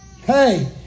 Hey